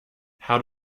how